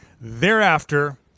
thereafter